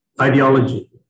ideology